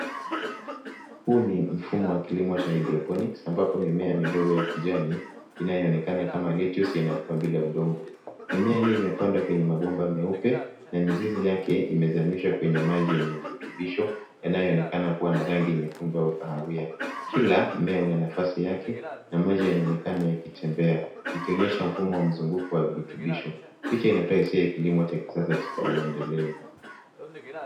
Huu ni mfumo wa kilimo cha haidoropiniki ambapo mimea midogo ya kijani inayoonenaka kama lettuce inakua bila udongo. Mimea hiyo imepandwa kwenye mabomba meupe na mizizi yake imezamishwa kwenye maji yenye virutubisho yanayoonekana kuwa na rangi nyekundu au kahawia. Kila mmea una nafasi yake na maji yanaonekana yakitembea ikionyesha mfumo wa mzunguko wa virutubisho. Picha inatoa hisia ya kilimo cha kisasa ya uendelevu.